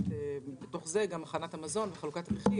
ובתוך זה גם הכנת המזון וחלוקת כריכים.